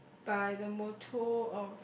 by the motto of